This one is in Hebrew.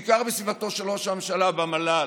בעיקר בסביבתו של ראש הממשלה והמל"ל,